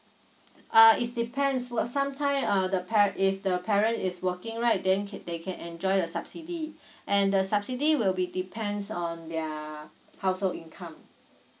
uh is depends but sometime uh the par~ if the parent is working right then they can enjoy the subsidy and the subsidy will be depends on their household income